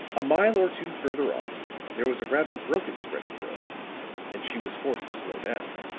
a mile or two further on there was a rather broken stretch of road and she was forced to slow down.